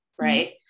right